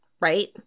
right